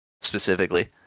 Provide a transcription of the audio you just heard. specifically